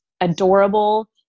adorable